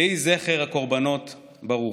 יהי זכר הקורבנות ברוך.